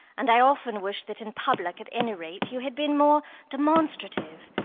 and i often wish that in public, at any rate, you had been more demonstrative.